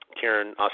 Karen